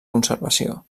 conservació